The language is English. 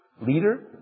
Leader